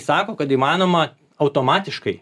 sakom kad įmanoma automatiškai